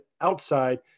outside